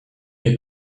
est